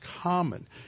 common